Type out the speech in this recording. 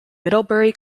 middlebury